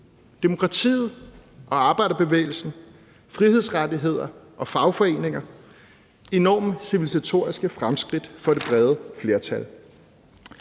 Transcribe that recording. Demokratiet og arbejderbevægelsen, frihedsrettigheder og fagforeninger var enorme civilisatoriske fremskridt for det brede flertal.